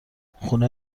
خونه